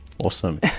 Awesome